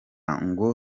ngo